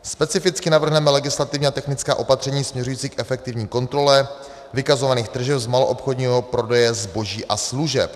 Specificky navrhneme legislativní a technická opatření směřující k efektivní kontrole vykazovaných tržeb z maloobchodního prodeje zboží a služeb.